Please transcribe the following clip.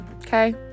Okay